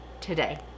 today